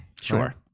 Sure